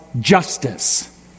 justice